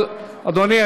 אבל אדוני,